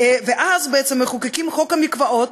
ואז בעצם מחוקקים את חוק המקוואות,